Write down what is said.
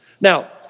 Now